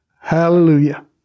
Hallelujah